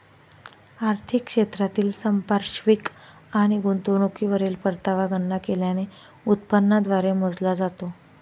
आर्थिक क्षेत्रातील संपार्श्विक आणि गुंतवणुकीवरील परतावा गणना केलेल्या उत्पन्नाद्वारे मोजला जातो